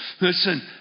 Listen